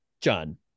john